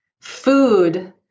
Food